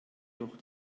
doch